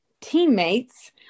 teammates